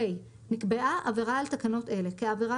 (ה) נקבעה עבירה על תקנות אלה כעבירה